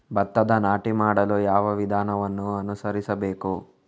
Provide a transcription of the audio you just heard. ಭತ್ತದ ನಾಟಿ ಮಾಡಲು ಯಾವ ವಿಧಾನವನ್ನು ಅನುಸರಿಸಬೇಕು?